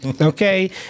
Okay